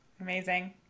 Amazing